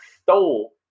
stole